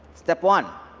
step one,